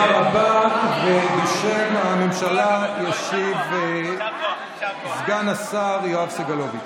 ובשם הממשלה ישיב סגן השר יואב סגלוביץ'.